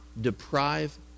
deprive